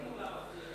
תמיד מולה מפריע לי.